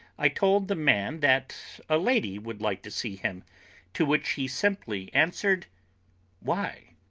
i told the man that a lady would like to see him to which he simply answered why?